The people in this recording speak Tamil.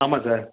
ஆமாம் சார்